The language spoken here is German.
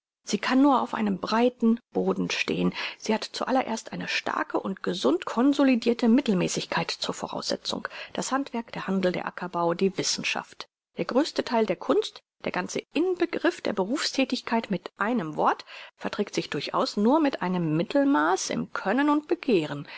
sie kann nur auf einem breiten boden stehn sie hat zu allererst eine stark und gesund consolidirte mittelmäßigkeit zur voraussetzung das handwerk der handel der ackerbau die wissenschaft der größte theil der kunst der ganze inbegriff der berufstätigkeit mit einem wort verträgt sich durchaus nur mit einem mittelmaaß im können und begehren